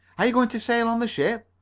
are you going to sail on the ship?